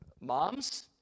Moms